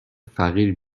فقیر